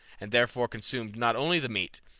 and therefore consumed not only the meat,